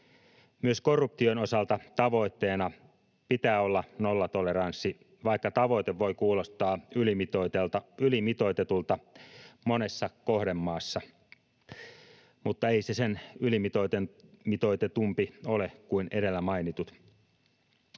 Myös korruption osalta tavoitteena pitää olla nollatoleranssi, vaikka tavoite voi kuulostaa ylimitoitetulta monessa kohdemaassa, mutta ei se sen ylimitoitetumpi ole kuin edellä mainitut.